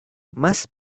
más